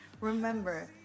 Remember